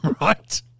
Right